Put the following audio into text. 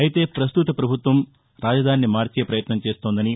అయితే ప్రస్తుత ప్రభుత్వం రాజధానిని మార్చే పయత్నం చేస్తోందని